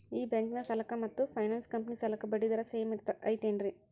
ಈ ಬ್ಯಾಂಕಿನ ಸಾಲಕ್ಕ ಮತ್ತ ಫೈನಾನ್ಸ್ ಕಂಪನಿ ಸಾಲಕ್ಕ ಬಡ್ಡಿ ದರ ಸೇಮ್ ಐತೇನ್ರೇ?